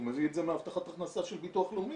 הוא מביא את זה מהבטחת הכנסה של ביטוח לאומי.